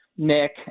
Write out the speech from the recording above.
Nick